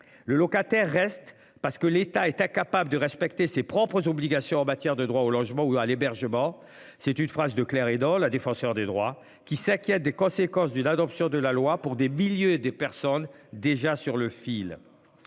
Le locataire reste parce que l'État est incapable de respecter ses propres obligations en matière de droit au logement ou à l'hébergement, c'est une phrase de Claire Hédon, la défenseure des droits qui s'inquiète des conséquences d'une adoption de la loi pour des milliers des personnes déjà sur le fil.